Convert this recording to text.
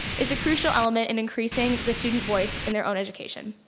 is a crucial element in increasing the student voice in their own education.